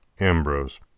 Ambrose